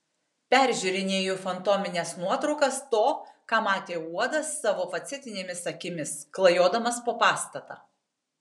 peržiūrinėju fantomines nuotraukas to ką matė uodas savo facetinėmis akimis klajodamas po pastatą